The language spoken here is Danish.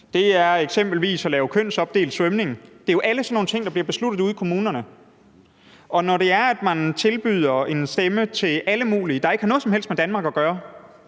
det er eksempelvis at lave kønsopdelt svømning; det er jo alle sådan nogle ting, der bliver besluttet ude i kommunerne. Og når det er sådan, at man tilbyder stemmeret til alle mulige, der ikke har noget som helst med Danmark at gøre,